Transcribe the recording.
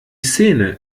szene